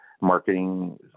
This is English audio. marketing